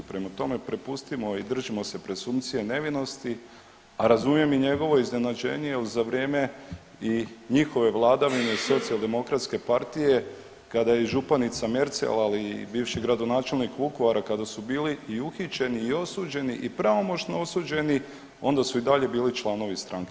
Prema tome prepustimo i držimo se presumpcije nevinosti, a razumijem i njegovo iznenađenje jer za vrijeme i njihove vladavine i socijaldemokratske partije kada je i županica Mercel ali i bivši gradonačelnik Vukovara kada su bili i uhićeni i osuđeni i pravomoćno osuđeni onda su i dalje bili članov stranke.